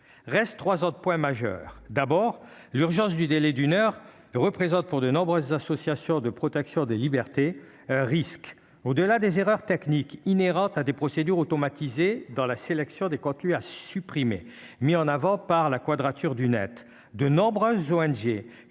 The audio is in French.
reste trois autres points majeurs : d'abord l'urgence du délai d'une heure représente pour de nombreuses associations de protection des libertés risquent au-delà des erreurs techniques inhérentes à des procédures automatisées dans la sélection des contenus à supprimer mis en avant par la Quadrature du Net, de nombreuses ONG